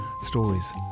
stories